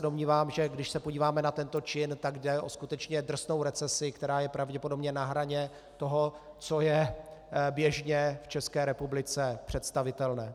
Domnívám se, že když se podíváme na tento čin, tak jde skutečně o drsnou recesi, která je pravděpodobně na hraně toho, co je běžně v České republice představitelné.